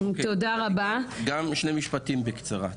שני משפטים, בקצרה.